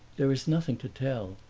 there is nothing to tell.